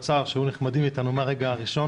האדון הנכבד מהביטוח הלאומי בא וניחם אותי בבית.